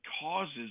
causes